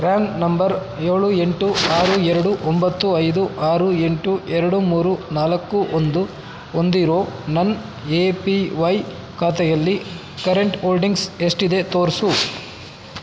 PRAN number ಏಳು ಎಂಟು ಆರು ಎರಡು ಒಂಬತ್ತು ಐದು ಆರು ಎಂಟು ಎರಡು ಮೂರು ನಾಲ್ಕು ಒಂದು ಹೊಂದಿರೋ ನನ್ನ ಎ ಪಿ ವೈ ಖಾತೆಯಲ್ಲಿ ಕರೆಂಟ್ ಓಲ್ಡಿಂಗ್ಸ್ ಎಷ್ಟಿದೆ ತೋರಿಸು